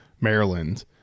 Maryland